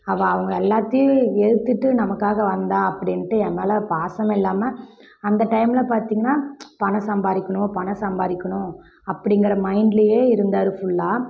அவள் அவங்க எல்லாத்தையும் வெறுத்துவிட்டு நமக்காக வந்தாள் அப்படின்ட்டு என் மேல் பாசமே இல்லாமல் அந்த டைமில் பார்த்திங்கன்னா பணம் சம்பாதிக்கணும் பணம் சம்பாதிக்கணும் அப்படிங்கிற மைண்ட்லையே இருந்தார் ஃபுல்லாக